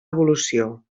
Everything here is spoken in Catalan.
evolució